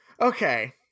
okay